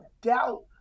doubt